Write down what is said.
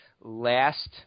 last –